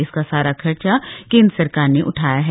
इसका सारा खर्चा केंद्र सरकार ने उठाया है